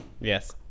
Yes